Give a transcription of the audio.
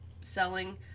selling